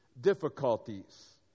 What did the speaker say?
difficulties